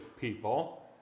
people